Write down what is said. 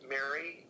Mary